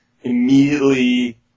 immediately